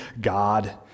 God